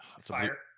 Fire